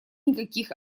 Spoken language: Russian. никаких